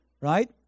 right